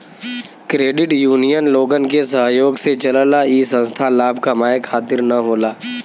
credit union लोगन के सहयोग से चलला इ संस्था लाभ कमाये खातिर न होला